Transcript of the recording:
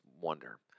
wonder